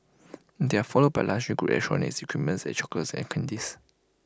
they are followed by luxury goods electronics equipments and chocolates and candies